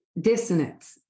Dissonance